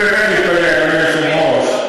אני באמת מתפלא, אדוני היושב-ראש.